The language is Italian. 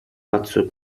pazzo